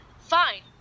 Fine